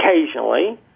occasionally